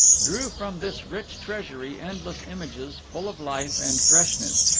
drew from this rich treasury endless images full of life and freshness,